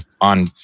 on